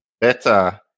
better